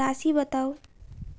राशि बताउ